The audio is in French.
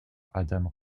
adam